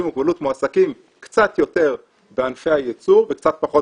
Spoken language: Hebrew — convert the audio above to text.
עם מוגבלות מועסקים קצת יותר בענפי הייצור וקצת פחות